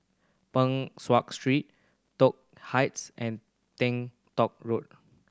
Peng Street Toh Heights and Teng Tong Road